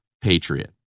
Patriot